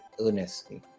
earnestly